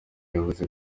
yavuze